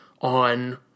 on